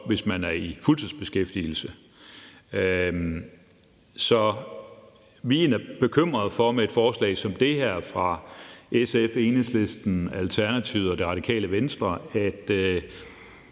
hvis man er i fuldtidsbeskæftigelse. Vi er bekymret for med et forslag som det her fra SF, Enhedslisten, Alternativet og Radikale Venstre, at